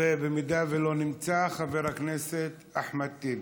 ואם הוא לא נמצא, חבר הכנסת אחמד טיבי.